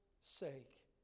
sake